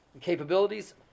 capabilities